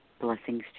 blessings